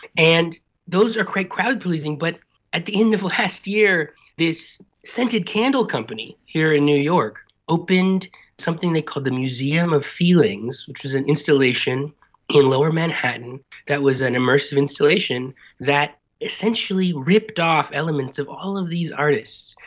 and those are quite crowd pleasing. but at the end of last year this scented candle company here in new york opened something they called the museum of feelings, which was an installation in lower manhattan that was an immersive installation that essentially ripped off elements of all of these artists,